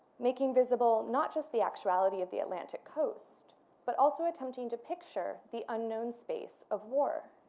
making visible not just the actuality of the atlantic coast but also attempting to picture the unknown space of war,